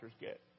get